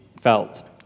felt